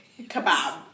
Kebab